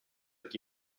chi